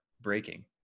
breaking